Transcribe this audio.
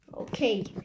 okay